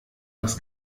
das